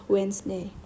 Wednesday